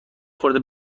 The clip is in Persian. خورده